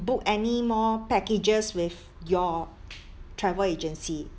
book any more packages with your travel agency